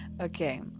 okay